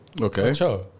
Okay